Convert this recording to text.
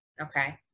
okay